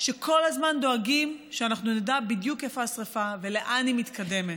שכל הזמן דואגים שנדע בדיוק איפה השרפה ולאן היא מתקדמת.